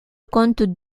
compte